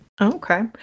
Okay